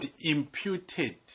imputed